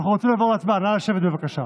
אנחנו רוצים לעבור להצבעה, נא לשבת, בבקשה.